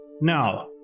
now